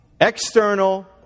external